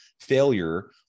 failure